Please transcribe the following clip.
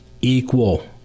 equal